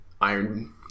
Iron